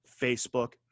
Facebook